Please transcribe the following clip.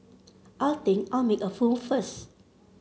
I think I'll make a move first